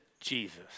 Jesus